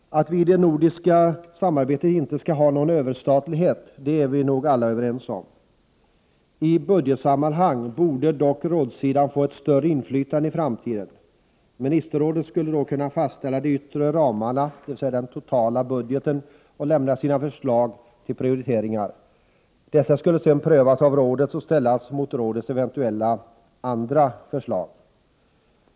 Att vi i det nordiska samarbetet inte skall ha någon överstatlighet är vi nog alla överens om. I budgetsammanhangen borde dock rådssidan få ett större inflytande i framtiden. Ministerrådet skulle då kunna fastställa de yttre ramarna, dvs. den totala budgeten, och lämna sina förslag till prioriteringar. Dessa skulle sedan prövas av rådet och ställas mot rådets eventuella andra förslag.